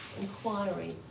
inquiry